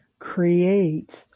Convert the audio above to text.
creates